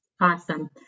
Awesome